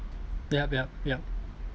yup yup yup